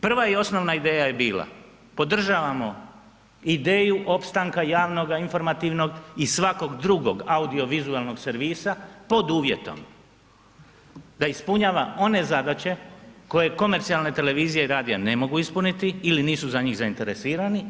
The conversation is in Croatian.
Prva i osnovna ideja je bila podržavamo ideju opstanka javnog informativnog i svakog drugog audiovizualnog servisa pod uvjetom da ispunjava one zadaće koje komercijalne televizije i radija ne mogu ispuniti ili nisu za njih zainteresirani.